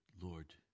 Lord